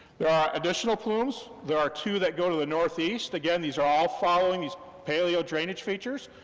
there are additional plumes, there are two that go to the northeast, again, these are all following these paleo drainage features.